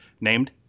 named